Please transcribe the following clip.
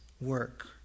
Work